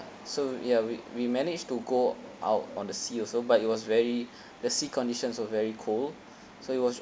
so ya we we managed to go out on the sea also but it was very the sea conditions was very cold so it was